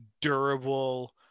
durable